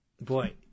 Boy